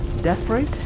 desperate